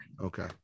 Okay